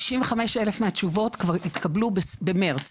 65,000 מהתשובות כבר התקבלו במרץ.